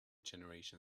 generation